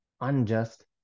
unjust